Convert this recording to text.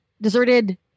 deserted